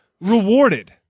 Rewarded